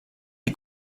est